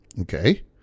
Okay